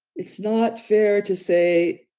it's not fair to say,